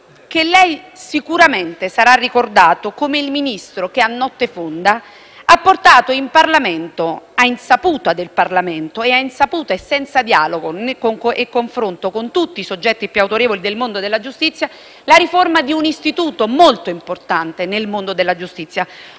che sicuramente sarà ricordato come il Ministro che a notte fonda ha portato in Parlamento, a insaputa dello stesso e senza dialogo e confronto con tutti i soggetti più autorevoli del mondo della giustizia, la riforma di un istituto molto importante nel mondo della giustizia,